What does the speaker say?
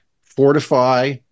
fortify